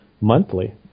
monthly